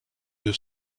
deux